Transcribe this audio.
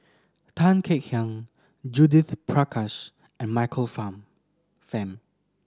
Tan Kek Hiang Judith Prakash and Michael Fam